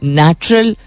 natural